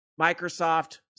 Microsoft